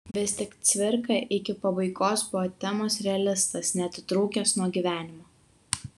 vis tik cvirka iki pabaigos buvo temos realistas neatitrūkęs nuo gyvenimo